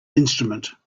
instrument